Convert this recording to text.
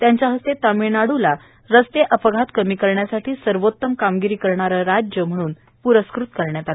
त्यांच्या हस्ते तामिळनाडूला रस्ते अपघात कमी करण्यासाठी सर्वोत्तम कामगिरी करणारं राज्य म्हणून पुरस्कृत करण्यात आलं